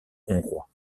hongrois